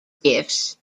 gifts